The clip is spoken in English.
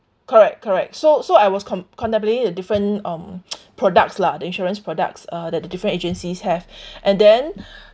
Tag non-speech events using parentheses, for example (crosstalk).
correct correct so so I was com~ comparing the different um (noise) products lah the insurance products uh that the different agencies have (breath) and then (breath)